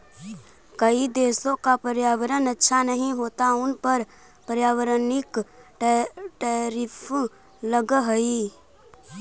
कई देशों का पर्यावरण अच्छा नहीं होता उन पर पर्यावरणिक टैरिफ लगअ हई